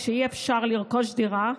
כשאי-אפשר לרכוש דירה,